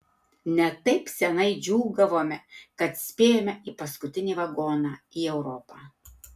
ne taip senai džiūgavome kad spėjome į paskutinį vagoną į europą